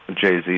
Jay-Z